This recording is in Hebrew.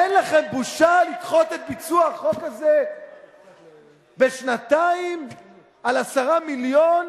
אין לכם בושה לדחות את ביצוע החוק הזה בשנתיים בגלל 10 מיליון,